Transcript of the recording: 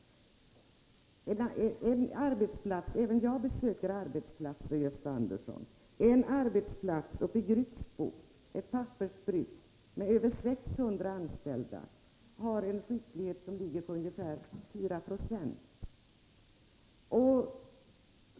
Även jag besöker arbetsplatser, Gösta Andersson. En arbetsplats uppe i Grycksbo, ett pappersbruk med över 600 anställda, har en sjuklighet på ungefär 4 Yo.